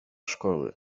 szkoły